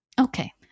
Okay